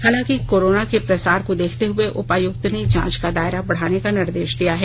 हालांकि कोरोना के प्रसार को देखते हुए उपायुक्त ने जांच का दायरा बढ़ाने का निर्देश दिया है